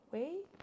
Wait